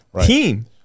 team